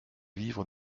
vivre